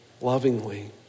lovingly